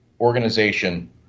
organization